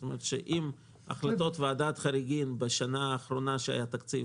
כלומר אם החלטות ועדת החריגים בשנה האחרונה שהיה תקציב,